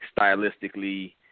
stylistically